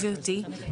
גברתי,